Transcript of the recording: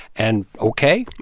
and ok,